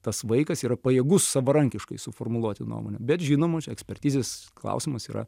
tas vaikas yra pajėgus savarankiškai suformuluoti nuomonę bet žinoma čia ekspertizės klausimas yra